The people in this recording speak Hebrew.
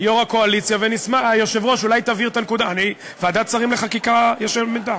את הדחייה של ועדת שרים בתשובה של ועדת המנכ"לים.